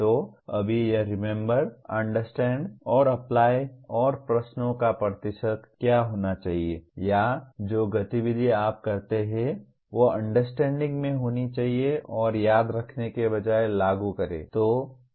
तो अभी यह रिमेम्बर अंडरस्टैंड और अप्लाई और प्रश्नों का प्रतिशत क्या होना चाहिए या जो गतिविधि आप करते हैं वह अंडरस्टैंडिंग में होनी चाहिए और याद रखने के बजाय लागू करें